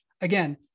Again